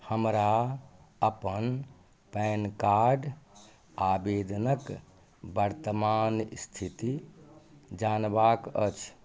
हमरा अपन PAN card आबेदनक बर्तमान स्थिति जानबाक अछि